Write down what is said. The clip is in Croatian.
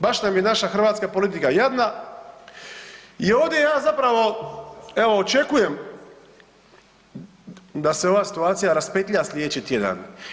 Baš nam je naša hrvatska politika jadna i ovdje ja zapravo očekujem da se ova situacija raspetlja slijedeći tjedan.